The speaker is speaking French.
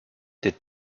des